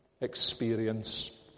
experience